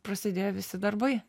prasidėjo visi darbai